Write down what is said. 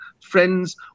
friends